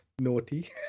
naughty